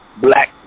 black